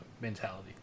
mentality